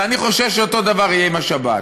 ואני חושב שאותו דבר יהיה עם השבת.